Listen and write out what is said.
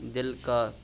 دِلہٕ کاک